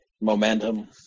Momentum